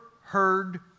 heard